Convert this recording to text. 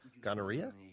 Gonorrhea